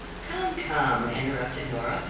come, come, interrupted nora,